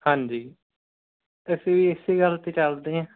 ਹਾਂਜੀ ਅਸੀਂ ਇਸ ਗੱਲ 'ਤੇ ਚੱਲਦੇ ਹਾਂ